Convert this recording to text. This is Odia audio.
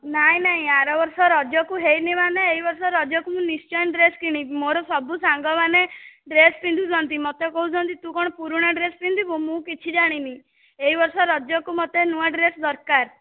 ନାଇଁ ନାଇଁ ଆର ବର୍ଷ ରଜକୁ ହେଇନି ମାନେ ଏହି ବର୍ଷ ରଜକୁ ମୁଁ ନିଶ୍ଚୟ ଡ୍ରେସ୍ କିଣିବି ମୋର ସବୁ ସାଙ୍ଗମାନେ ଡ୍ରେସ୍ ପିନ୍ଧୁଛନ୍ତି ମୋତେ କହୁଛନ୍ତି ତୁ କ'ଣ ପୁରୁଣା ଡ୍ରେସ୍ ପିନ୍ଧିବୁ ମୁଁ କିଛି ଜାଣିନି ଏହି ବର୍ଷ ରଜକୁ ମୋତେ ନୂଆ ଡ୍ରେସ୍ ଦରକାର